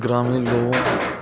ग्रामीण लोगों